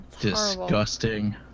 disgusting